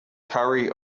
curry